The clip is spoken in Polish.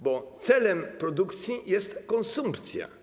Bo celem produkcji jest konsumpcja.